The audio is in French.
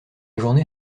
journée